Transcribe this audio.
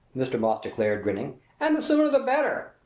mr. moss declared, grinning and the sooner the better.